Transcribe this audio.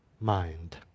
mind